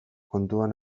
kontuan